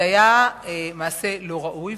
זה היה מעשה לא ראוי.